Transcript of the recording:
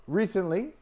recently